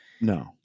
no